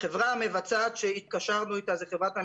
החברה המבצעת שהתקשרנו איתה היא חברת עמיגור.